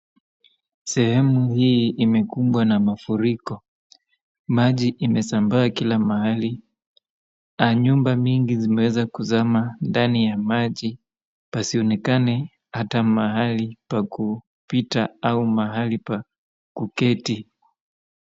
Sehemu hii imekumbwa na mafuriko. Maji imesambaa kina mahali. Nyumba mingi zimeweza kuzama ndani ya maji pasionekane hata mahali pa kupita au mahali pa kuketi.